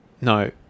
no